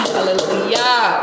Hallelujah